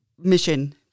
mission